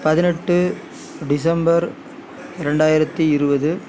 பதினெட்டு டிசம்பர் இரண்டாயிரத்து இருபது